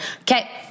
okay